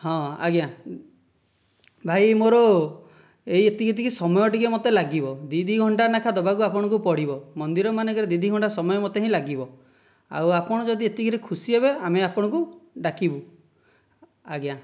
ହଁ ଆଜ୍ଞା ଭାଇ ମୋର ଏହି ଏତିକି ଏତିକି ସମୟ ଟିକେ ମୋତେ ଲାଗିବ ଦୁଇ ଦୁଇ ଘଣ୍ଟା ଲେଖା ଆପଣଙ୍କୁ ଦେବାକୁ ପଡ଼ିବ ମନ୍ଦିରମାନଙ୍କରେ ଦୁଇ ଦୁଇ ଘଣ୍ଟା ସମୟ ମୋତେ ହିଁ ଲାଗିବ ଆଉ ଆପଣ ଯଦି ଏତିକିରେ ଖୁସି ହେବେ ଆମେ ଆପଣଙ୍କୁ ଡାକିବୁ ଆଜ୍ଞା